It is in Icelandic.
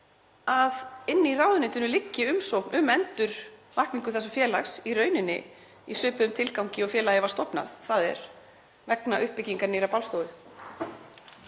að inni í ráðuneytinu liggi umsókn um endurvakningu þessa félags í rauninni í svipuðum tilgangi og félagið var stofnað, þ.e. vegna uppbyggingar nýrra bálstofu?